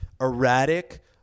erratic